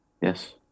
Yes